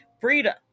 freedom